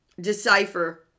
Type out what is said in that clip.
decipher